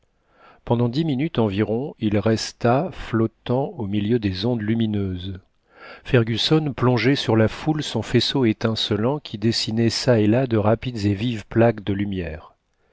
pendant dix minutes environ il resta flottant au milieu des ondes lumineuses fergusson plongeait sur la foule son faisceau étincelant qui dessinait ça et là de rapides et vives plaques de lumière